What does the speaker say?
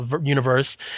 universe